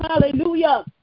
Hallelujah